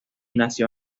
nació